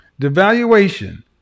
devaluation